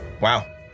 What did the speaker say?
Wow